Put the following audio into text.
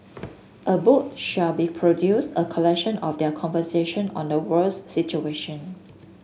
a book shall be produced a collection of their conversation on the world's situation